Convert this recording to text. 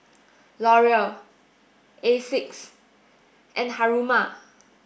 Laurier Asics and Haruma